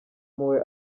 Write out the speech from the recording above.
mpuhwe